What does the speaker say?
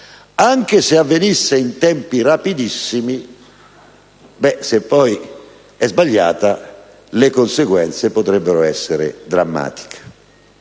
anche se avvenisse in tempi rapidissimi, le conseguenze potrebbero essere drammatiche.